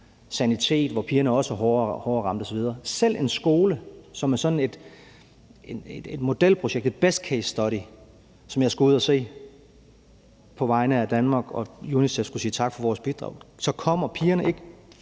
sanitet, hvor pigerne også er hårdere ramt osv. Selv på en skole, som er sådan et modelprojekt, et best case-study, og som jeg skulle ud at se på vegne af Danmark, og hvor UNICEF skulle sige tak for vores bidrag, så kommer pigerne ikke